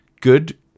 good